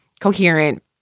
coherent